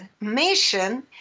mission